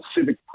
civic